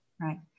Right